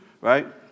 right